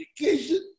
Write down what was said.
education